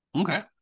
Okay